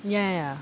ya ya ya